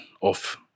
off